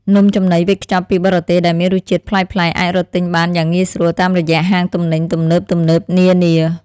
នំចំណីវេចខ្ចប់ពីបរទេសដែលមានរសជាតិប្លែកៗអាចរកទិញបានយ៉ាងងាយស្រួលតាមរយៈហាងទំនិញទំនើបៗនានា។